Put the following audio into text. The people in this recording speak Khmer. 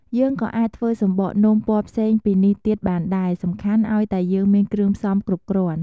យើងក៏អាចធ្វើសំបកនំ ពណ៌ផ្សេងពីនេះទៀតបានដែរ សំខាន់ឱ្យតែយើងមានគ្រឿងផ្សំគ្រប់គ្រាន់។